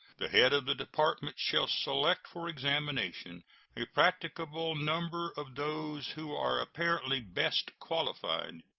the head of the department shall select for examination a practicable number of those who are apparently best qualified.